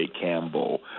Campbell